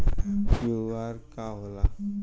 QR का होला?